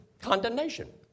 condemnation